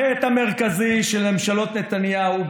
החטא המרכזי של ממשלות נתניהו הוא